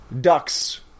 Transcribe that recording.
Ducks